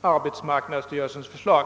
arbetsmarknadsstyrelsens förslag.